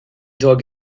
dog